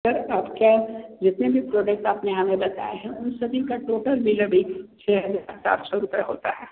sir आपका जितने भी प्रोडक्ट आपने हमें बताए हैं उन सभी का टोटल बिल अभी छह हजार सात सौ रुपये होता है